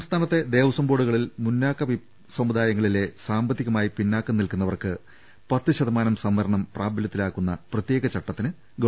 സംസ്ഥാനത്തെ ദേവസ്വം ബോർഡുകളിൽ മുന്നാക്ക സമു ദായങ്ങളിലെ സാമ്പത്തികമായി പിന്നാക്കം നിൽക്കുന്നവർക്ക് പത്ത് ശതമാനം സംവരണം പ്രബലൃത്തിലാക്കുന്ന പ്രത്യേക ചട്ട ത്തിന് ഗവ